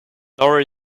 nor